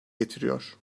getiriyor